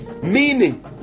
meaning